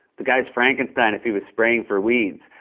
the guy's frankenstein, if he was spraying for weeds.